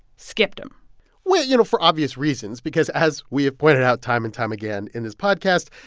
skipped them well, you know, for obvious reasons because, as we have pointed out time and time again in this podcast,